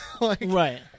Right